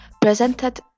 Presented